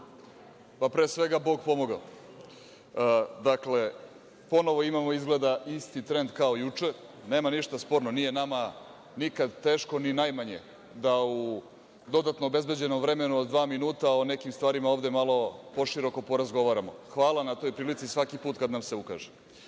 lepo. Pre svega, Bog pomogao. Dakle, ponovo imamo izgleda isti trend kao juče, nema ništa sporno. Nije nama nikad teško ni najmanje da u dodatno obezbeđenom vremenu od dva minuta o nekim stvarima ovde malo poširoko porazgovaramo. Hvala na toj prilici svaki put kad nam se ukaže. Dakle,